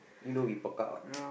you know we out